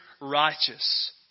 righteous